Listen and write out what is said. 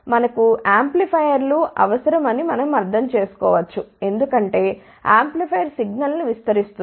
మనకు యాంప్లిఫైయర్లు అవసరమని మనం అర్థం చేసుకోవచ్చు ఎందుకంటే యాంప్లిఫైయర్ సిగ్నల్ ను విస్తరిస్తుంది